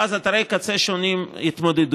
ואז אתרי קצה שונים יתמודדו.